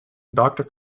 doctor